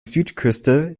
südküste